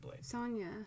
Sonya